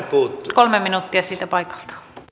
kolme minuuttia siitä paikalta